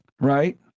right